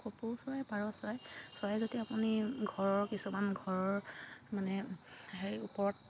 কপৌ চৰাই পাৰ চৰাই চৰাই যদি আপুনি ঘৰৰ কিছুমান ঘৰৰ মানে হেৰি ওপৰত